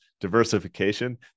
diversification